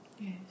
Yes